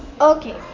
Okay